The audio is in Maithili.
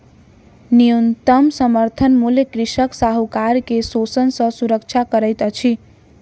न्यूनतम समर्थन मूल्य कृषक साहूकार के शोषण सॅ सुरक्षा करैत अछि